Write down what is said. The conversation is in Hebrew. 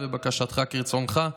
ובקשתך כרצונך.